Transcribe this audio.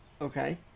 Okay